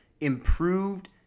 improved